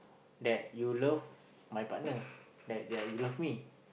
that you love my partner that that you love me